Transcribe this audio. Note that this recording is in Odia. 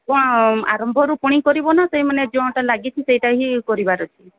କ'ଣ ଆରମ୍ଭରୁ ପୁଣି କରିବ ନା ସେଇ ମାନେ ଯୋଉଟା ଲାଗିଛିି ସେଇଟା ହିଁ କରିବାର ଅଛି